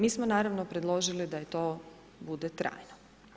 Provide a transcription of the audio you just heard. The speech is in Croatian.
Mi smo naravno predložili da to bude trajno.